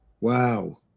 wow